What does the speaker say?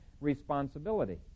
responsibility